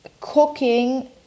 cooking